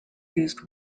used